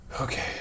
Okay